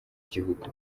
gihugu